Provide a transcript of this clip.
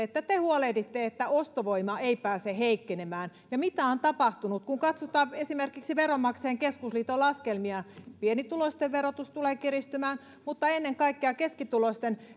että te huolehditte että ostovoima ei pääse heikkenemään ja mitä on tapahtunut kun katsotaan esimerkiksi veronmaksajain keskusliiton laskelmia pienituloisten verotus tulee kiristymään mutta ennen kaikkea keskituloisten